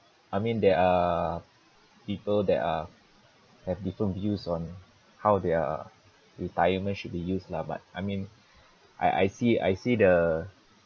I mean there are people that are have different views on how their retirement should they used lah but I mean I I see I see the